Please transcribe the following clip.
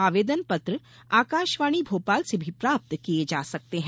आवेदन पत्र आकाशवाणी भोपाल से भी प्राप्त किये जा सकते हैं